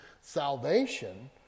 salvation